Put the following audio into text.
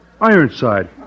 Ironside